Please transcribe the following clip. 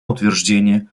утверждение